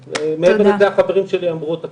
מעבר לזה החברים שלי אמרו את הכל.